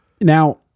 now